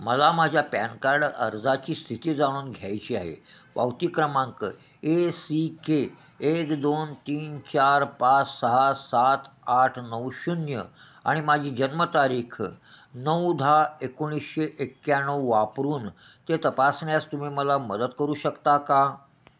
मला माझ्या PAN card अर्जाची स्थिती जाणून घ्यायची आहे पावती क्रमांक ए सी के एक दोन तीन चार पाच सहा सात आठ नऊ शून्य आणि माझी जन्मतारीख नऊ दहा एकोणीशे एक्याण्णव वापरून ते तपासण्यास तुम्ही मला मदत करू शकता का